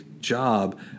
job